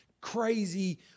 crazy